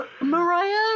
Mariah